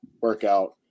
workout